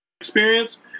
experience